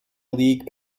league